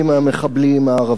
המחבלים הערבים,